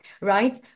right